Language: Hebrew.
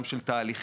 גם של תהליכים,